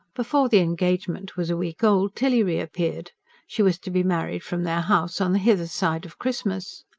before the engagement was a week old tilly reappeared she was to be married from their house on the hither side of christmas.